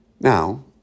Now